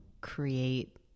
create